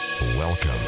Welcome